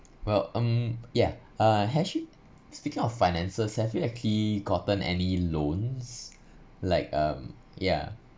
well um yeah uh actually speaking of finances have you actually gotten any loans like um yeah